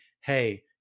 hey